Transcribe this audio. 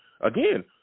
Again